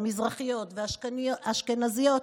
המזרחיות והאשכנזיות,